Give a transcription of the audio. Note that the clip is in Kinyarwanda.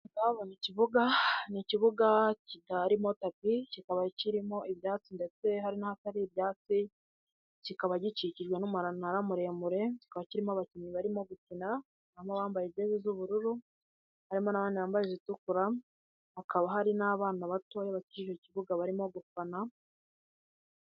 Babonye ikibuga ni ikibuga kitarimo tapi, kikaba kirimo ibyatsi ndetse hari n'ahatari ibyatsi, kikaba gikikijwe n'umunara muremure, kikaba kirimo abakinnyi barimo gukinamo, harimo abambaye jezi z'ubururu, harimo abambaye izitukura, hakaba hari n'abana batoya bakiri mu kibuga barimo gufana.